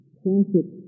classic